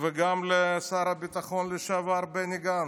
וגם לשר הביטחון לשעבר בני גנץ,